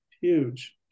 huge